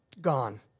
Gone